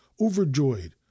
overjoyed